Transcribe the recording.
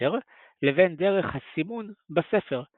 בכתר לבין דרך הסימון בספר,